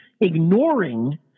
ignoring